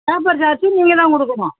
labour சார்ஜும் நீங்கள் தான் கொடுக்கணும்